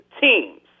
teams